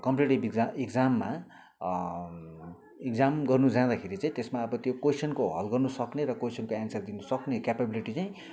competitive इक्जाममा exam गर्नु जाँदाखेरि चाहिँ त्यसमा अब त्यो कोइसनको हल गर्नु सक्ने र कोइसनको एन्सर दिनु सक्ने क्यापाबिलिटी चाहिँ